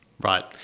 Right